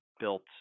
built